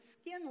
skin